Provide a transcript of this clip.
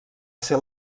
ser